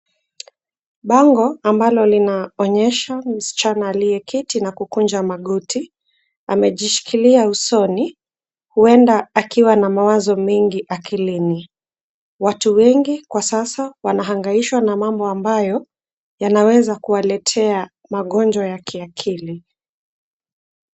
Bango ambalo linaonyesha msichana aliyeketi na kukunja magoti, amejishikilia usoni, huenda akiwa na mawazo mengi akilini. Watu wengi kwa sasa wanahangaishwa na mambo ambayo yanaweza kuwaletea magonjwa ya kiakili.